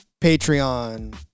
Patreon